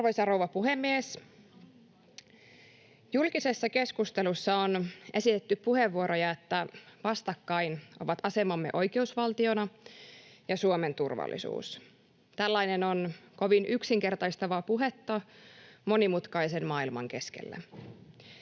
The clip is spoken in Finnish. Arvoisa rouva puhemies! Julkisessa keskustelussa on esitetty puheenvuoroja, että vastakkain ovat asemamme oikeusvaltiona ja Suomen turvallisuus. Tällainen on kovin yksinkertaistavaa puhetta monimutkaisen maailman keskellä.